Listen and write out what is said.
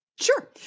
Sure